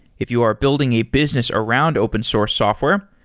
if you are building a business around open source software,